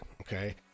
okay